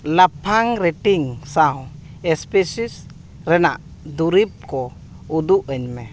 ᱞᱟᱯᱷᱟᱝ ᱨᱮᱴᱤᱝ ᱥᱟᱶ ᱮᱥᱯᱮᱥᱤᱥ ᱨᱮᱱᱟᱜ ᱫᱩᱨᱤᱵ ᱠᱚ ᱩᱫᱩᱜ ᱟᱹᱧ ᱢᱮ